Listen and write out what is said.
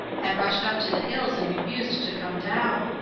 had rushed up to the hills and refused to come down.